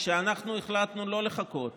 שאנחנו החלטנו לא לחכות